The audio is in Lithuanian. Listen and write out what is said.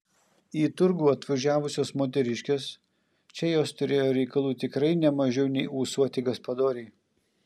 į turgų atvažiavusios moteriškės čia jos turėjo reikalų tikrai ne mažiau nei ūsuoti gaspadoriai